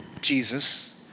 Jesus